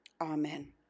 Amen